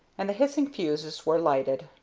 and the hissing fuses were lighted.